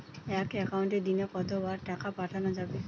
এক একাউন্টে দিনে কতবার টাকা পাঠানো যাবে?